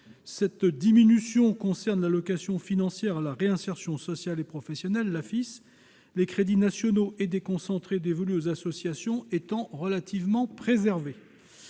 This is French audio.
cette baisse concerne surtout l'aide financière à l'insertion sociale et professionnelle, l'AFIS, les crédits nationaux et déconcentrés dévolus aux associations étant relativement préservés.